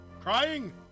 Crying